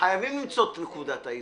חייבים למצוא את נקודת האיזון,